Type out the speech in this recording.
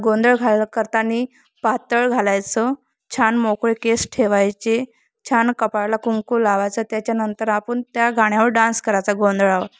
गोंधळ घाल करताना पातळ घालायचं छान मोकळे केस ठेवायचे छान कपाळाला कुंकू लावायचा त्याच्यानंतर आपण त्या गाण्यावर डान्स करायचा गोंधळावर